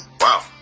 Wow